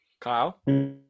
Kyle